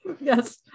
Yes